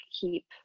keep